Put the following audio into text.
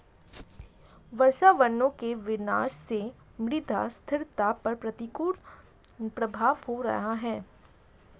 वर्षावनों के विनाश से मृदा स्थिरता पर प्रतिकूल प्रभाव हो रहा है